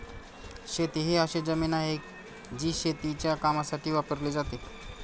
शेती ही अशी जमीन आहे, जी शेतीच्या कामासाठी वापरली जाते